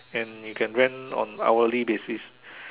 and you can rent on hourly basis